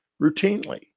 routinely